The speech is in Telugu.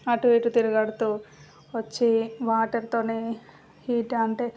అటుఇటు తిరుగాడుతు వచ్చి వాటర్తోనే హీట్ అంటే